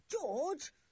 George